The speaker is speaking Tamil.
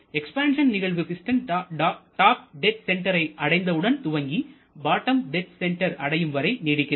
எக்ஸ்பான்சன் நிகழ்வு பிஸ்டன் டாப் டெட் சென்டரை அடைந்தவுடன் துவங்கி பாட்டம் டெட் சென்டர் அடையும்வரை நீடிக்கிறது